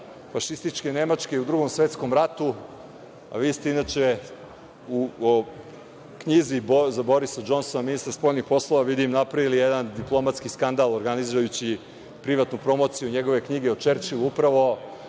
fašističke Nemačke u Drugom svetskom ratu, a vi ste inače u knjizi za Borisa DŽonsona, ministra spoljnih poslova, vidim napravili jedan diplomatski skandal organizujući privatnu promociju njegove knjige o Čerčilu upravo